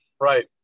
right